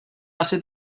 asi